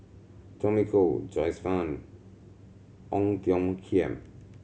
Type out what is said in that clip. Tommy Koh Joyce Fan Ong Tiong Khiam